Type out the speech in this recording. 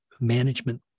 management